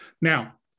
Now